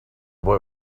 boy